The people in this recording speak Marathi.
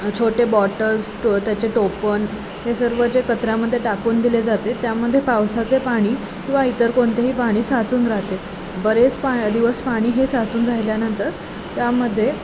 छोटे बॉटल्स टो त्याचे टोपण हे सर्व जे कचऱ्यामध्ये टाकून दिले जाते त्यामधे पावसाचे पाणी किंवा इतर कोणतेही पाणी साचून राहते बरेच पा दिवस पाणी हे साचून राहिल्यानंतर त्यामध्ये